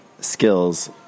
skills